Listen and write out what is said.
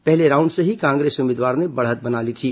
पहले राउंड से ही कांग्रेस उम्मीदवार ने बढ़त बना ली थी